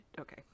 Okay